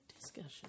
discussion